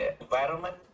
environment